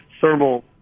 thermal